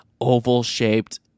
oval-shaped